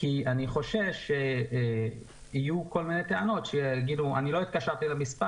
כי אני חושש שיהיו כל מיני מקרים שיגידו: "אני בכלל לא התקשרתי למספר